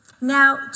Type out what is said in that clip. Now